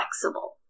flexible